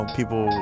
People